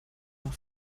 noch